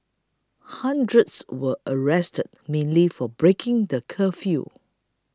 hundreds were arrested mainly for breaking the curfew